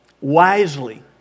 wisely